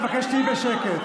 אני מבקש שתהיי בשקט.